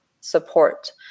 support